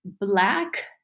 Black